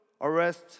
arrest